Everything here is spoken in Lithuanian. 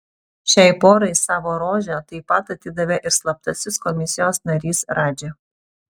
šiai porai savo rožę taip pat atidavė ir slaptasis komisijos narys radži